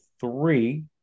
three